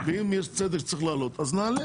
אם יש צדק צריך להעלות נעלה.